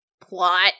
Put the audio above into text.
plot